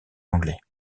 anglais